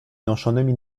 noszonymi